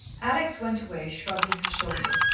alex went away, shrugging her shoulders,